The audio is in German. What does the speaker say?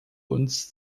uns